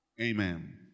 Amen